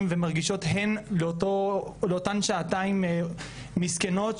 ומרגישות הן לאותן שעתיים מסכנות,